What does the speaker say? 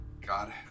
God